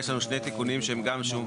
יש לנו שני תיקונים שהם גם,